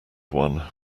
one